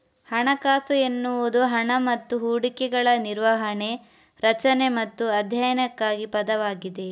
ಹಣಕಾಸು ಎನ್ನುವುದು ಹಣ ಮತ್ತು ಹೂಡಿಕೆಗಳ ನಿರ್ವಹಣೆ, ರಚನೆ ಮತ್ತು ಅಧ್ಯಯನಕ್ಕಾಗಿ ಪದವಾಗಿದೆ